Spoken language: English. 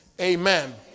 Amen